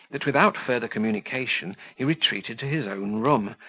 that, without further communication, he retreated to his own room,